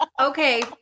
Okay